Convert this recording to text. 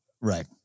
Right